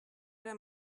era